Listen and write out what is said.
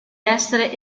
essere